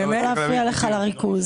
זה כדי לא להפריע לך לריכוז.